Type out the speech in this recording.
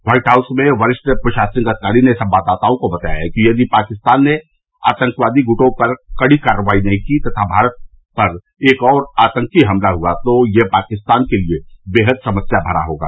white House में वरिष्ठ प्रशासनिक अधिकारी ने संवाददाताओं को बताया कि यदि पाकिस्तान ने आतंकी ग्टों पर कड़ी कार्रवाई नहीं की तथा भारत पर एक और आतंकी हमला हुआ तो यह पाकिस्तान के लिए बेहद समस्या भरा होगा